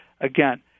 again